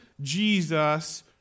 Jesus